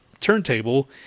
turntable